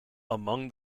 among